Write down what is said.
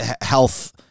health